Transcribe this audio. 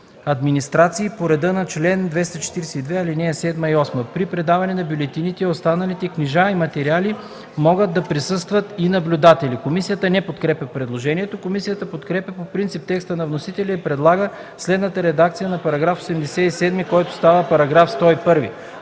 администрации по реда на чл. 242, ал. 7 и 8. При предаването на бюлетините и останалите книжа и материали могат да присъстват и наблюдатели.” Комисията не подкрепя предложението. Комисията подкрепя по принцип текста на вносителя и предлага следната редакция на § 88, който става § 102: